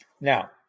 Now